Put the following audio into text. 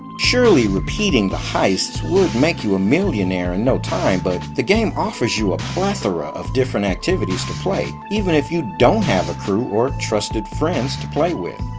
surely repeating the heists would make you a millionaire in no time, but the game offers you a plethora of different activities to play, play, even if you don't have a crew or trusted friends to play with.